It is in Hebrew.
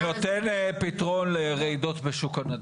התכלית של חיזוק מפני רעידות אדמה היא תכלית אחת,